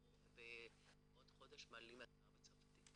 אנחנו עוד חודש מעלים אתר בצרפתית.